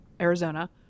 Arizona